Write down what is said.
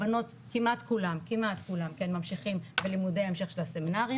הבנות כמעט כולן כן ממשיכות בלימודי ההמשך של הסמינרים